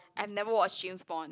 I've never watched James Bond